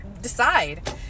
decide